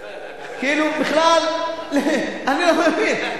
כאילו, בכלל, אני לא מבין.